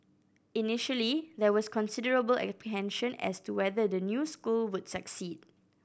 initially there was considerable apprehension as to whether the new school would succeed